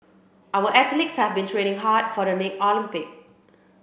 our athletes have been training hard for the next Olympic